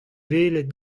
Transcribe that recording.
welet